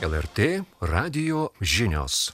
lrt radijo žinios